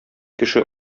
кеше